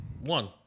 One